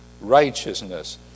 righteousness